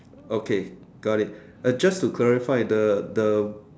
okay got it just to clarify the the